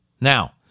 Now